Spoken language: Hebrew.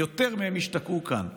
יותר מהם השתקעו כאן,